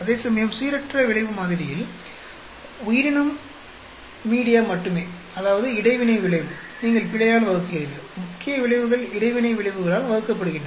அதேசமயம் சீரற்ற விளைவு மாதிரியில் உயிரினம் மீடியா மட்டுமே அதாவது இடைவினை விளைவு நீங்கள் பிழையால் வகுக்கிறீர்கள் முக்கிய விளைவுகள் இடைவினை விளைவுகளால் வகுக்கப்படுகின்றன